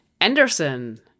Anderson